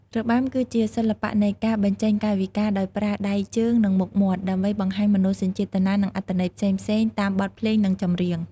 របាំ គឺជាសិល្បៈនៃការបញ្ចេញកាយវិការដោយប្រើដៃជើង និងមុខមាត់ ដើម្បីបង្ហាញមនោសញ្ចេតនា និងអត្ថន័យផ្សេងៗ តាមបទភ្លេងនិងចម្រៀង។